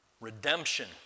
Redemption